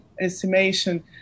estimation